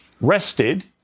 rested